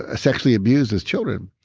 ah sexually abused as children,